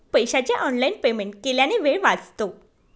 पैशाचे online payment केल्याने वेळ वाचतो